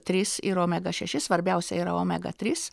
trys ir omega šeši svarbiausia yra omega trys